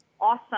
awesome